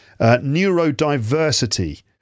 Neurodiversity